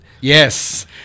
Yes